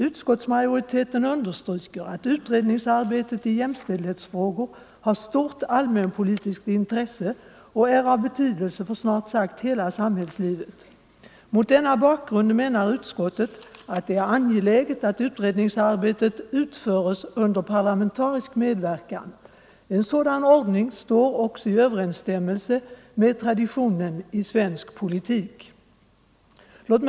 Utskottsmajoriteten understryker att utredningsarbetet i jämställdhetsfrågor har stort allmänpolitiskt intresse och är av betydelse för snart sagt hela samhällslivet. Mot denna bakgrund menar utskottet att det är angeläget att utredningsarbetet utföres under parlamentarisk medverkan. En sådan ordning står också i överensstämmelse med traditionen i svensk politik.